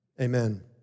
Amen